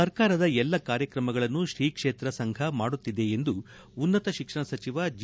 ಸರ್ಕಾರದ ಎಲ್ಲ ಕಾರ್ಯಕ್ರಮಗಳನ್ನು ಶ್ರೀ ಕ್ಷೇತ್ರ ಸಂಘ ಮಾಡುತ್ತಿದೆ ಎಂದು ಉನ್ನತ ಶಿಕ್ಷಣ ಸಚಿವ ಜಿ